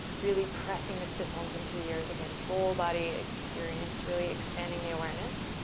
really pressing the sit bones into the earth again. full body experience, really expanding the awareness